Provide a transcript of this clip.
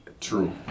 True